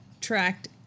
tracked